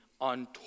on